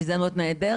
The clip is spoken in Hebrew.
זאת הזדמנות נהדרת,